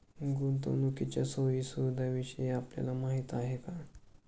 गुंतवणुकीच्या सोयी सुविधांविषयी आपल्याला माहिती आहे का?